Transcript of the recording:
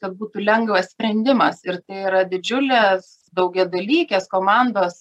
kad būtų lengvas sprendimas ir tai yra didžiulės daugiadalykės komandos